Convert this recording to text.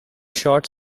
short